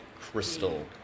crystal